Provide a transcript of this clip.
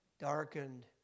darkened